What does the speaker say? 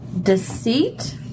deceit